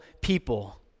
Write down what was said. people